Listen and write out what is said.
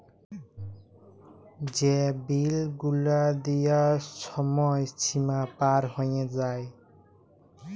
যে বিল গুলা দিয়ার ছময় সীমা পার হঁয়ে যায়